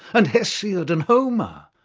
and hesiod and homer?